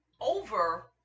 over